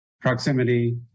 proximity